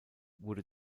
wurde